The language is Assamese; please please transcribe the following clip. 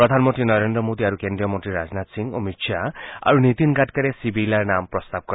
প্ৰধানমন্তী নৰেদ্ৰ মোদী আৰু কেন্দ্ৰীয় মন্তী ৰাজনাথ সিং অমিত খাহ আৰু নীতিন গাডকাৰীয়ে শ্ৰীবিৰলাৰ নাম প্ৰস্তাৱ কৰে